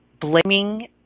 blaming